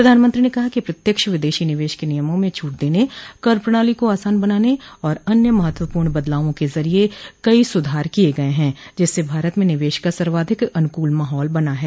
प्रधानमंत्री ने कहा कि प्रत्यक्ष विदेशी निवेश के नियमों में छूट देने कर प्रणाली को आसान बनाने और अन्य महत्वपूर्ण बदलावों के जरिए कई सुधार किए गए हैं जिससे भारत में निवेश का सर्वाधिक अनुकूल माहौल बना है